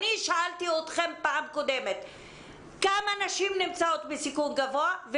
אני שאלתי אתכם בפעם הקודמת כמה נשים נמצאות בסיכון גבוה,